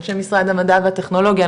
אנשי משרד המדע והטכנולוגיה,